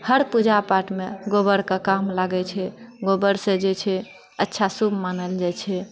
हर पूजा पाठमे गोबरके काम लागै छै गोबरसँ जेछै अच्छा शुभ मानल जाइ छै